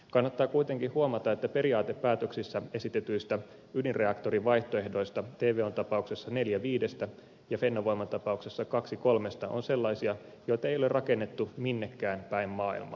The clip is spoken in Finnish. kannattaa kuitenkin huomata että periaatepäätöksissä esitetyistä ydinreaktorivaihtoehdoista tvon tapauksessa neljä viidestä ja fennovoiman tapauksessa kaksi kolmesta on sellaisia joita ei ole rakennettu minnekäänpäin maailmaa